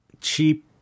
cheap